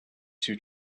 two